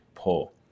pull